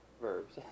verbs